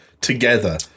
together